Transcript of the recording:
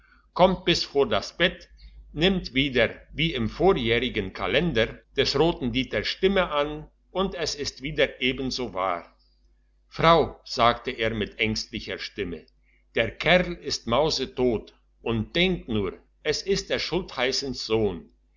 kommt bis vor das bett nimmt wieder wie im vormjährigen kalender des roten dieters stimme an und es ist wieder ebenso wahr frau sagte er mit ängstlicher stimme der kerl ist maustot und denk nur es ist des schultheissen sohn